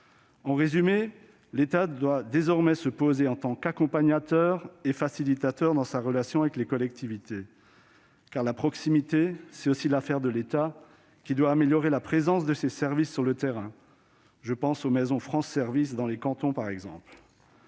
pertinente. L'État doit désormais se poser en accompagnateur et en facilitateur dans sa relation avec les collectivités. Car la proximité est aussi l'affaire de l'État, qui doit améliorer la présence de ses services sur le terrain. Je pense notamment aux maisons France Service dans les cantons. Monsieur le